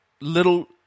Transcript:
little